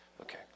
Okay